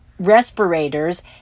Respirators